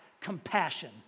compassion